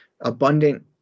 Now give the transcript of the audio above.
abundant